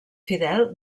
fidel